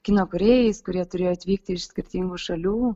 kino kūrėjais kurie turėjo atvykti iš skirtingų šalių